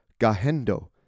Gahendo